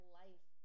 life